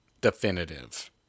definitive